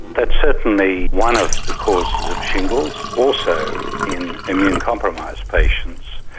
that's certainly one of the causes of shingles. also in immunocompromised patients,